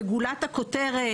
וגולת הכותרת,